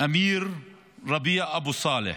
אמיר רביע אבו סאלח,